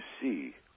see